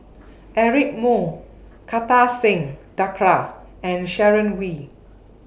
Eric Moo Kartar Singh Thakral and Sharon Wee